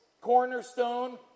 cornerstone